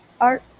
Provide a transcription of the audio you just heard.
Art